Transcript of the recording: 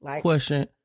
Question